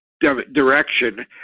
direction